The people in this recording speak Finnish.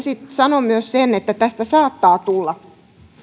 sanon myös sen että tästä saattaa tulla